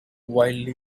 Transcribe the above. wildly